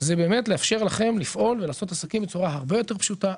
זה באמת לאפשר לכם לפעול ולעשות עסקים בצורה הרבה יותר פשוטה,